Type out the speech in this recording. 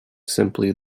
simply